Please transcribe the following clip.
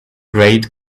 great